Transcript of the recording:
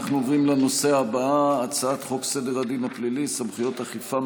אנחנו עוברים לנושא הבא: הצעת חוק סדר הדין הפלילי (סמכויות אכיפה,